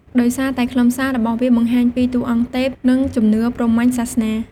ដោយសារតែខ្លឹមសាររបស់វាបង្ហាញពីតួអង្គទេព និងជំនឿព្រហ្មញ្ញសាសនា។